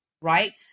right